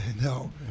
No